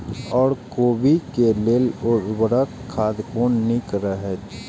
ओर कोबी के लेल उर्वरक खाद कोन नीक रहैत?